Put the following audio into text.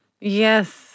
Yes